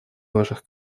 ваших